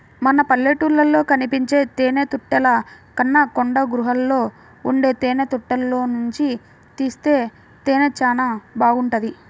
మన పల్లెటూళ్ళలో కనిపించే తేనెతుట్టెల కన్నా కొండగుహల్లో ఉండే తేనెతుట్టెల్లోనుంచి తీసే తేనె చానా బాగుంటది